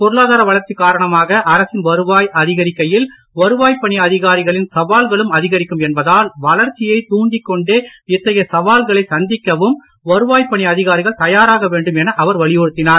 பொருளாதார வளர்ச்சிக் காரணமாக அரசின் வருவாய் அதிகரிக்கையில் வருவாய்ப் பணி அதிகாரிகளின் சவால்களும் அதிகரிக்கும் என்பதால் வளர்ச்சியை தாண்டிக்கொண்டே இத்தகைய சவால்களை சந்திக்கவும் வருவாய்ப் பணி அதிகாரிகள் தயாராக வேண்டும் என அவர் வலியுறுத்தினார்